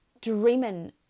dreaming